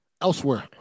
Elsewhere